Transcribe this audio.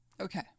Okay